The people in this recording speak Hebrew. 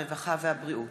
הרווחה והבריאות.